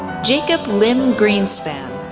jacob lim greenspan,